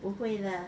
不会 leh